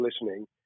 listening